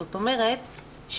זאת אומרת,